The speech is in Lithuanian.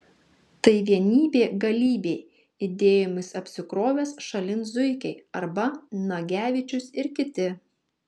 tai vienybė galybė idėjomis apsikrovęs šalin zuikiai arba nagevičius ir kiti